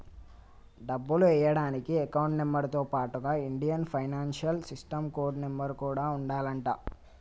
డబ్బులు ఎయ్యడానికి account number తో పాటుగా Indian financial system code number కూడా ఉండాలంట